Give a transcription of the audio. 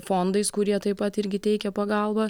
fondais kurie taip pat irgi teikia pagalbą